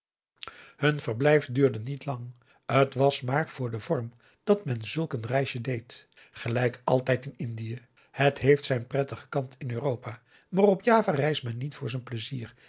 hun verblijf duurde niet lang t was maar voor den vorm dat men zulk een reisje deed gelijk altijd in indië p a daum de van der lindens c s onder ps maurits het heeft zijn prettigen kant in europa maar op java reist men niet voor z'n pleizier